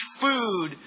food